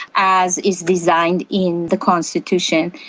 as is designed in the constitution,